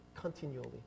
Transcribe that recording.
continually